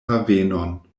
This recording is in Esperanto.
havenon